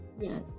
yes